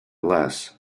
less